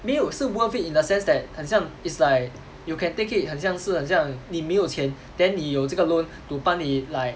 没有是 worth it in the sense that 很像 it's like you can take it 很像是很像你没有钱 then 你有这个 loan to 帮你 like